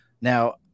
Now